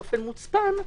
באופן מוצפן,